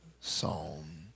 Psalm